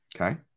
Okay